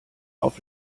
auf